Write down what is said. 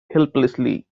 helplessly